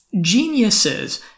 geniuses